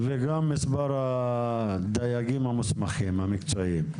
וגם את מספר הדייגים המוסמכים, המקצועיים.